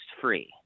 free